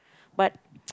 but